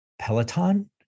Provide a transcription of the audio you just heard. Peloton